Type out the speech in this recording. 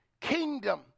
kingdom